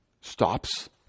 stops